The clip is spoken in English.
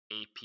AP